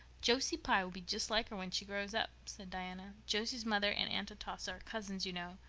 josie pye will be just like her when she grows up, said diana. josie's mother and aunt atossa are cousins, you know.